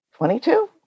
22